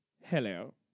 hello